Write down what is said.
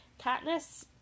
Katniss